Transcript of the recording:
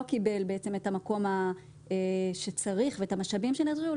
קיבל בעצם את המקום שצריך ואת המשאבים שנדרשו.